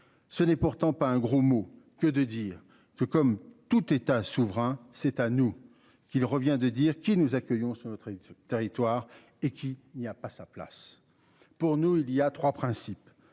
Ce n'est pourtant pas un gros mot que de dire que comme tout État souverain, c'est à nous qu'il revient de dire qui nous accueillons sur notre territoire et qu'il n'y a pas sa place. Pour nous, il y a 3 principes.